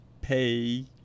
pay –